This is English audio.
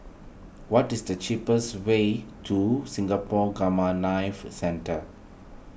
what is the cheapest way to Singapore Gamma Knife Centre